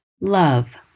love